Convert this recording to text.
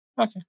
Okay